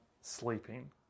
sleeping